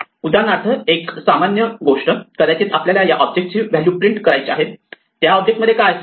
उदाहरणार्थ एक सामान्य गोष्ट कदाचित आपल्याला या ऑब्जेक्टची व्हॅल्यू प्रिंट करायचे आहे त्या ऑब्जेक्ट मध्ये काय असेल